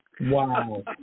Wow